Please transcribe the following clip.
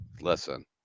Listen